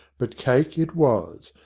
but cake it was,